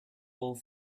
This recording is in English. all